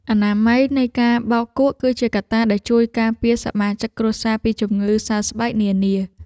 អនាម័យនៃការបោកគក់ គឺជាកត្តាដែលជួយការពារសមាជិកគ្រួសារពីជំងឺសើស្បែកនានា។